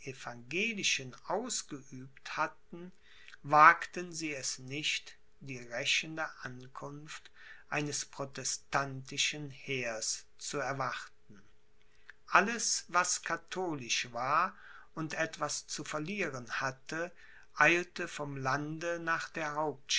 evangelischen ausgeübt hatten wagten sie es nicht die rächende ankunft eines protestantischen heers zu erwarten alles was katholisch war und etwas zu verlieren hatte eilte vom lande nach der